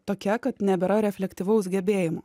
tokia kad nebėra refleksyvaus gebėjimo